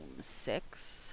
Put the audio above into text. six